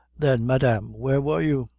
then, madame, where were you?